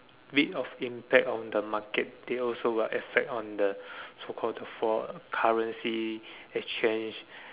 bit of impact on the market they also will affect on the so called the fall currency exchange